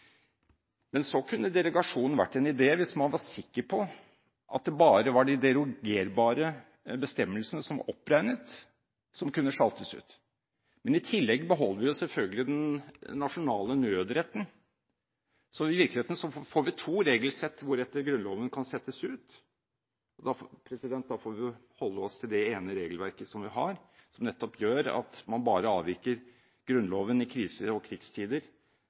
Men derogasjon kunne vært en idé hvis man var sikker på at det bare var de derogerbare bestemmelsene som oppregnet, som kunne sjaltes ut, men i tillegg beholder vi selvfølgelig den nasjonale nødretten. Så i virkeligheten får vi to regelsett hvoretter Grunnloven kan settes ut. Da får vi holde oss til det ene regelverket som vi har, som nettopp gjør at man bare avviker Grunnloven i kriser og krigstider,